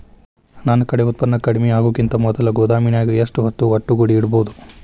ನನ್ ಕಡೆ ಉತ್ಪನ್ನ ಕಡಿಮಿ ಆಗುಕಿಂತ ಮೊದಲ ಗೋದಾಮಿನ್ಯಾಗ ಎಷ್ಟ ಹೊತ್ತ ಒಟ್ಟುಗೂಡಿ ಇಡ್ಬೋದು?